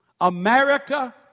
America